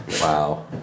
wow